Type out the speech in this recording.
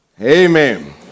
Amen